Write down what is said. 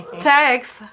text